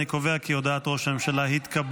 אני קובע כי הודעת ראש הממשלה התקבלה.